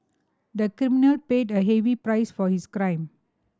the criminal paid a heavy price for his crime